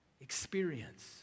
experience